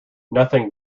nothing